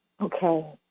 Okay